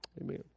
Amen